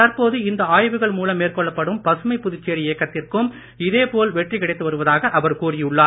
தற்போது இந்த ஆய்வுகள் மூலம் மேற்கொள்ளப்படும் பசுமை புதுச்சேரி இயக்கத்திற்கும் இதேபோல வெற்றி கிடைத்து வருவதாக அவர் கூறியுள்ளார்